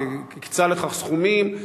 והקצה לכך סכומים,